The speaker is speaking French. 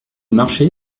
marché